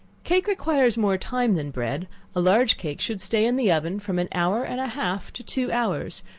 cake requires more time than bread a large cake should stay in the oven from an hour and a half to two hours,